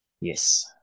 yes